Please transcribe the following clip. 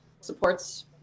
supports